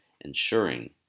ensuring